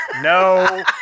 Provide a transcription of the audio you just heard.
No